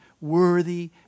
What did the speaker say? Worthy